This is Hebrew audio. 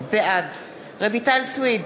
בעד רויטל סויד,